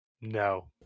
No